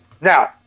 Now